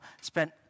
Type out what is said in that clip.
spent